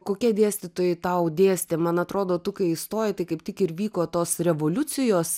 kokie dėstytojai tau dėstė man atrodo tu kai įstojai tai kaip tik ir vyko tos revoliucijos